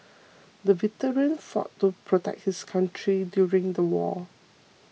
the veteran fought to protect his country during the war